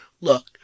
Look